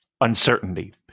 uncertainty